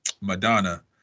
Madonna